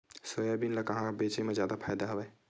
Soybean ल कहां बेचे म जादा फ़ायदा हवय?